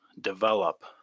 develop